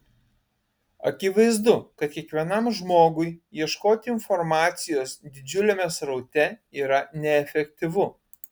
akivaizdu kad kiekvienam žmogui ieškoti informacijos didžiuliame sraute yra neefektyvu